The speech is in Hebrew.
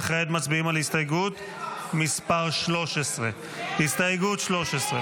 כעת מצביעים על הסתייגות מס' 13. הסתייגות 13,